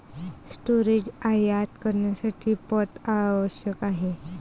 storage आयात करण्यासाठी पथ आवश्यक आहे